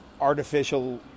artificial